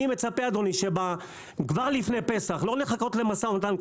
אני מצפה שכבר לפני פסח לא לחכות למשא ומתן,